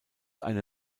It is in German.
eine